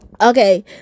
okay